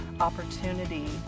opportunity